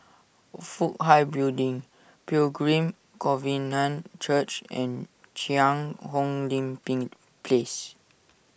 Fook Hai Building Pilgrim Covenant Church and Cheang Hong Lim Ping Place